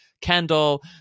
Kendall